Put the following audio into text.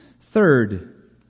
Third